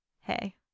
hey